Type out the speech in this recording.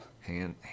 Hand